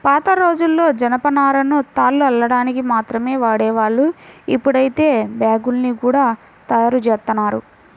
పాతరోజుల్లో జనపనారను తాళ్లు అల్లడానికి మాత్రమే వాడేవాళ్ళు, ఇప్పుడైతే బ్యాగ్గుల్ని గూడా తయ్యారుజేత్తన్నారు